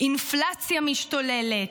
"אינפלציה משתוללת",